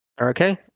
Okay